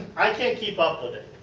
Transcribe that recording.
i can't keep up with it.